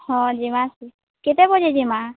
ହଁ ଯିମା କେତେ ବଜେ ଯିମା